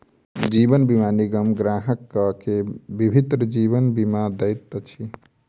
जीवन बीमा निगम ग्राहक के विभिन्न जीवन बीमा दैत अछि